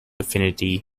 affinity